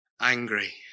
angry